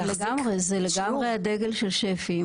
זה לגמרי דגל של שפ"י.